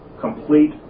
complete